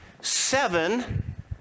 seven